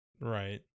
right